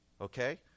okay